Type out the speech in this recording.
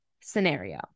scenario